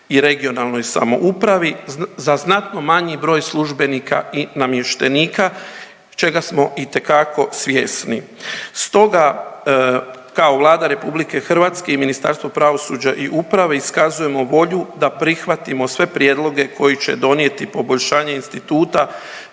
i regionalnoj samoupravi za znatno manji broj službenika i namještenika čega smo itekako svjesni. Stoga kao Vlada Republike Hrvatske i Ministarstvo pravosuđa i uprave iskazujemo volju da prihvatimo sve prijedloge koji će donijeti poboljšanje instituta